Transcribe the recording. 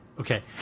Okay